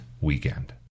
weekend